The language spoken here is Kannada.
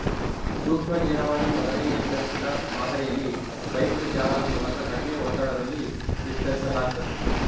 ಸೂಕ್ಷ್ಮನೀರಾವರಿ ಮೊದಲೇ ನಿರ್ಧರಿಸಿದ ಮಾದರಿಯಲ್ಲಿ ಪೈಪ್ಡ್ ಜಾಲದ ಮೂಲಕ ಕಡಿಮೆ ಒತ್ತಡದಲ್ಲಿ ವಿತರಿಸಲಾಗ್ತತೆ